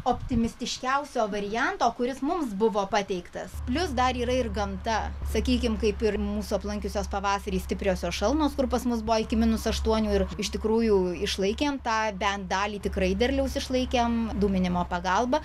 optimistiškiausio varianto kuris mums buvo pateiktas plius dar yra ir gamta sakykim kaip ir mūsų aplankiusios pavasarį stipriosios šalnos kur pas mus buvo iki minus aštuonių ir iš tikrųjų išlaikėm tą bent dalį tikrai derliaus išlaikėm dūminimo pagalba